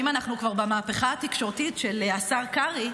אם אנחנו כבר במהפכה התקשורתית של השר קרעי,